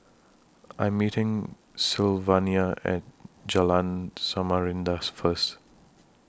I Am meeting Sylvania and Jalan Samarinda First